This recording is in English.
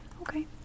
Okay